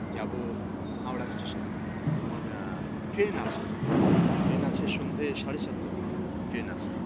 যাবো হাওড়া স্টেশানে আমার ট্রেন আছে ট্রেন আছে সন্ধ্যে সাড়ে সাতটার দিকে ট্রেন আছে